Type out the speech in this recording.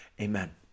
Amen